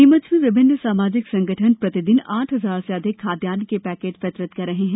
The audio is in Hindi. नीमच में विभिन्न सामाजिक संगठन प्रतिदिन आठ हजार से अधिक खाद्यान्न के पैकेट वितरित कर रहे हैं